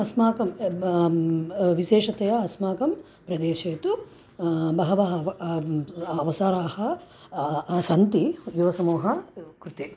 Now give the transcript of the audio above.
अस्माकं एब् विशेषतया अस्माकं प्रदेशे तु बहवः अव अवसराः सन्ति युवसमूहकृते